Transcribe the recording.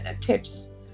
tips